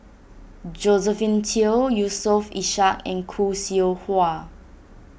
Josephine Teo Yusof Ishak and Khoo Seow Hwa